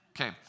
Okay